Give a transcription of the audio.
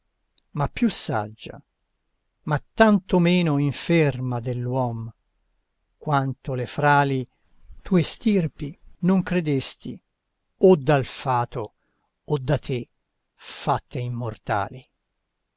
ma più saggia ma tanto meno inferma dell'uom quanto le frali tue stirpi non credesti o dal fato o da te fatte immortali